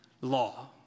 law